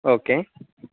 okay